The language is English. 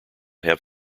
have